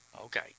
Okay